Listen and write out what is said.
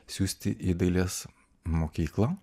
siųsti į dailės mokyklą